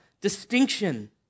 distinction